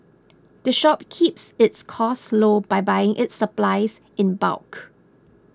the shop keeps its costs low by buying its supplies in bulk